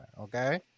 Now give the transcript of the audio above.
Okay